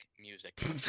music